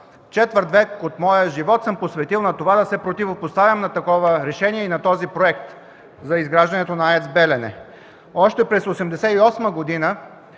Четвърт век от моя живот съм посветил да се противопоставям на такова решение и на този проект за изграждането на АЕЦ „Белене”. Още през 1988 г.